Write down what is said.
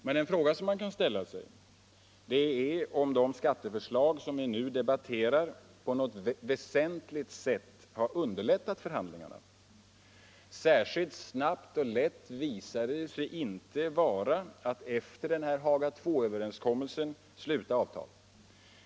Men en fråga som man kan ställa sig är om de skatteförslag som vi nu debatterar på något väsentligt sätt har underlättat förhandlingarna. Särskilt snabbt och lätt visade det sig inte vara att efter Haga Il-överenskommelsen sluta avtal.